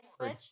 Switch